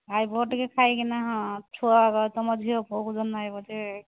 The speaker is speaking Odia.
ଆସିବ ଟିକେ ଖାଇକିନା ହଁ ଛୁଆ ତୁମ ଝିଅ ପୁଅକୁ